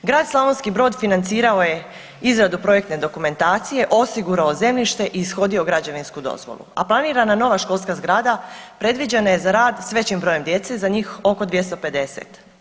Grad Slavonski Brod financirao je izradu projektne dokumentacije, osigurao zemljište i ishodio građevinsku dozvolu, a planirana nova školska zgrada predviđena je za rad s većim brojem djece, za njih oko 250.